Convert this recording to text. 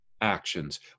actions